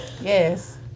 Yes